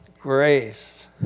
grace